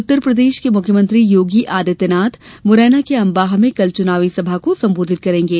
उत्तरप्रदेश के मुख्यमंत्री योगी आदित्यनाथ मुरैना के अंबाह में कल चुनावी सभा को संबोधित करेंगे